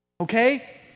Okay